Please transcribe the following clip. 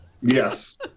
Yes